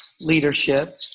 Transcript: leadership